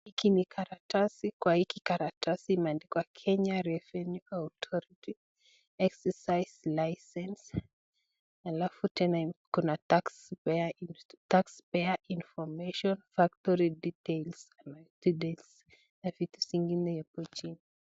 Hiki ni karatasi kwa hiki karatasi imeandikwa Kenya Revenue Authority Excersice License halafu tena kuna tax payer, tax payer information factory details, details na vitu zengine hapo chini.